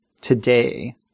today –